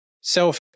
self